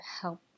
help